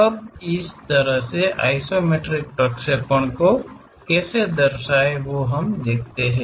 अब इस तरह के आइसोमेट्रिक प्रक्षेपणों को कैसे दर्शाया जाए